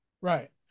Right